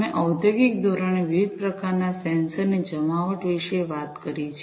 અમે ઔદ્યોગિક ધોરણે વિવિધ પ્રકારના સેન્સર્સ ની જમાવટ વિશે વાત કરી છે